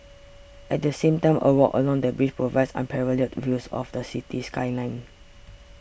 at the same time a walk along the bridge provides unparalleled views of the city skyline